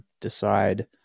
decide